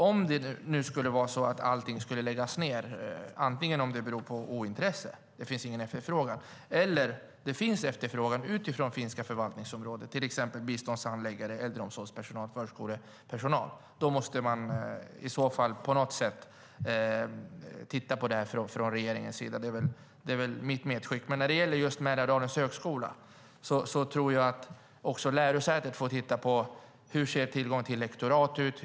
Om det skulle vara så att allt ska läggas ned, därför att det inte finns någon efterfrågan men även om det finns efterfrågan från finska förvaltningsområden på biståndshandläggare, äldreomsorgspersonal eller förskolepersonal, måste regeringen titta på det här. Det är väl mitt medskick. Men när det gäller just Mälardalens högskola tror jag att också lärosätet får titta på: Hur ser tillgången till lektorat ut?